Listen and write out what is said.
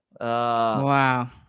wow